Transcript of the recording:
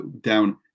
down